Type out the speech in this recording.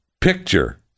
picture